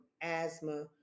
asthma